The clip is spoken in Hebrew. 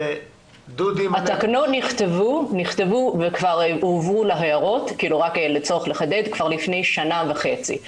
התקנות נכתבו וכבר הועברו להערות לצורך חידוד כבר לפני שנה וחצי.